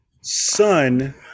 son